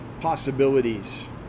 possibilities